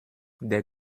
der